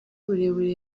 burebure